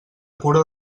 cura